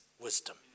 wisdom